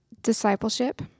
discipleship